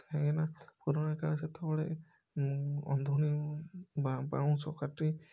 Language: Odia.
କାହିଁକିନା ପୁରୁଣା କାଳ ସେତେବେଳେ ଅନ୍ଧୁଣି ବାଉଁଶ କାଠି